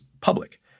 public